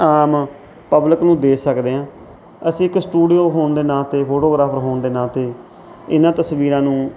ਆਮ public ਨੂੰ ਦੇ ਸਕਦੇ ਹਾਂ ਅਸੀਂ ਇੱਕ ਸਟੂਡੀਓ ਹੋਣ ਦੇ ਨਾਤੇ ਫੋਟੋਗ੍ਰਾਫਰ ਹੋਣ ਦੇ ਨਾਤੇ ਇਨ੍ਹਾਂ ਤਸਵੀਰਾਂ ਨੂੰ